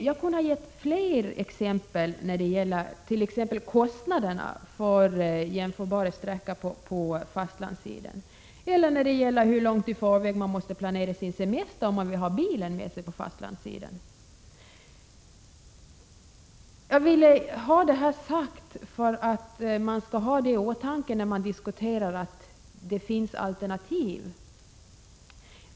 Jag kunde ha gett fler exempel, som visat vilka kostnader vi har på sträckor jämförbara med dem på fastlandssidan eller hur långt i förväg man på Gotland måste planera sin semester om man vill ha bilen med sig. Jag ville ha detta sagt för att man skall ha det i åtanke när man diskuterar den här frågan och säger att det finns alternativ.